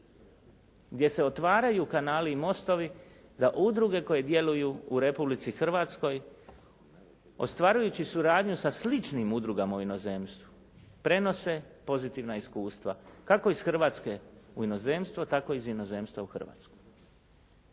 gdje se otvaraju kanali i mostovi da udruge koje djeluju u Republici Hrvatskoj ostvarujući suradnju sa sličnim udrugama u inozemstvu, prenose pozitivna iskustva, kako iz Hrvatske u inozemstvo, tako iz inozemstva u Hrvatsku.